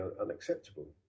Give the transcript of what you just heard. unacceptable